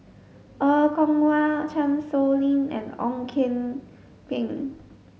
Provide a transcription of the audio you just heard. Er Kwong Wah Chan Sow Lin and Ong Kian Peng